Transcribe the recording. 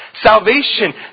Salvation